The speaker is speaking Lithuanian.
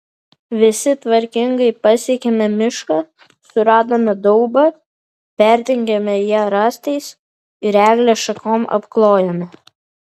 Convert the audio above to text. visi tvarkingai pasiekėme mišką suradome daubą perdengėme ją rąstais ir eglės šakom apklojome